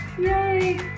yay